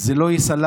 זה לא ייסלח,